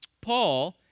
Paul